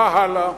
מה הלאה?